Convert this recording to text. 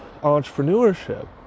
entrepreneurship